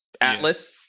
Atlas